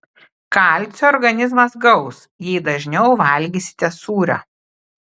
kalcio organizmas gaus jei dažniau valgysite sūrio